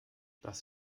das